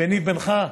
ביני ובינך,